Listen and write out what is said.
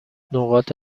نقاط